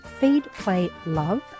feedplaylove